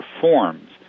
forms